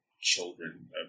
children